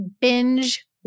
binge